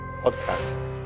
Podcast